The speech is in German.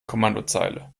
kommandozeile